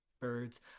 birds